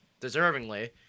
deservingly